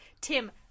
Tim